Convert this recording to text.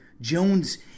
Jones